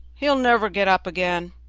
he'll never get up again.